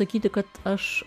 sakyti kad aš